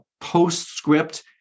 postscript